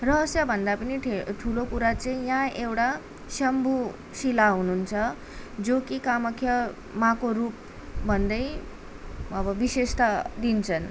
रहस्यभन्दा पनि ठे ठुलो कुरा चाहिँ यहाँ एउटा सम्भु शिला हुनुहुन्छ जो कि कामाख्या माँको रूप भन्दै अब विशेषता दिन्छन्